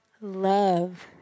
love